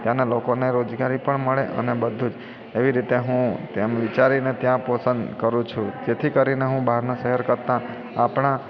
ત્યાંનાં લોકોને રોજગારી પણ મળે અને બધું જ એવી રીતે હું તેમ વિચારીને ત્યાં પસંદ કરું છું જેથી કરીને હું બહારના શહેર કરતાં આપણા